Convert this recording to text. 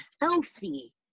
healthy